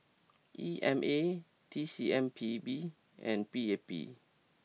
E M A T C M P B and P A P